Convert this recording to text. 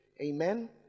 Amen